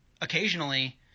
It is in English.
occasionally